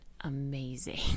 amazing